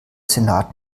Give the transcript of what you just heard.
senat